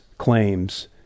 claims